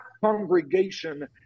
congregation